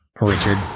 richard